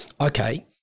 okay